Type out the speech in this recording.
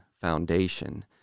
foundation